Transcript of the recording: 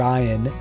Ryan